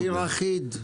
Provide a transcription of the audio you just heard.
מחיר אחיד.